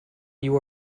you